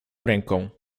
ręką